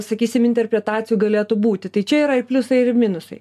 sakysim interpretacijų galėtų būti tai čia yra ir pliusai ir minusai